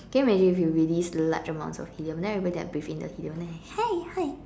can you imagine if you release large amounts of helium then everybody like breathe in the helium then like hey hi